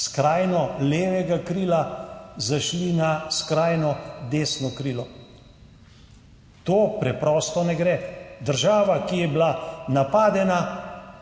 skrajno levega krila zašli na skrajno desno krilo. To preprosto ne gre. Država, ki je bila napadena,